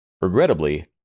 Regrettably